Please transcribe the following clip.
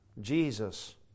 Jesus